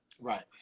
Right